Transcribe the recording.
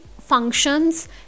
functions